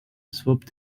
swapped